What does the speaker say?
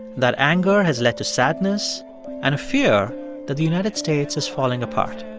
that anger has led to sadness and a fear that the united states is falling apart.